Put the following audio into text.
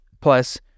Plus